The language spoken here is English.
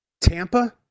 Tampa